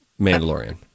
Mandalorian